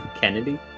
Kennedy